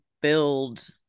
build